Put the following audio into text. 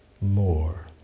more